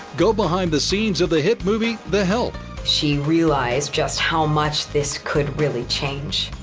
go behind the scenes of the hit movie, the help she realized just how much this could really change,